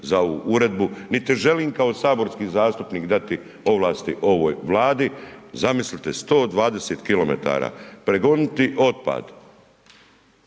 za ovu uredbu niti želim kao saborski zastupnik dati ovlasti ovoj Vladi. Zamislite 120 km prevoziti otpad,